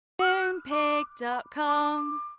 Moonpig.com